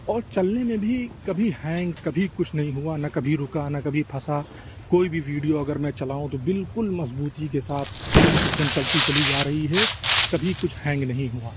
اور چلنے میں بھی کبھی ہینگ کبھی کچھ نہیں ہوا نہ کبھی رکا نہ کبھی پھنسا کوئی بھی ویڈیو اگر میں چلاؤں تو بالکل مضبوطی کے ساتھ سلیس ایک دم چلتی چلی جا رہی ہے کبھی کچھ ہینگ نہیں ہوا